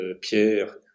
Pierre